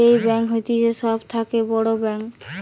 এই ব্যাঙ্ক হতিছে সব থাকে বড় ব্যাঙ্ক